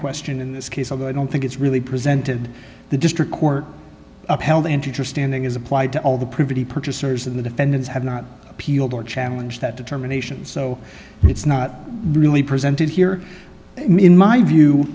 question in this case although i don't think it's really presented the district court upheld the interesting thing is applied to all the pretty purchasers in the defendants have not appealed or challenge that determination so it's not really presented here in my view